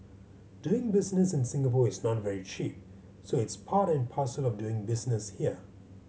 doing business in Singapore is not very cheap so it's part and parcel of doing business here